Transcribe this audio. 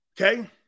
Okay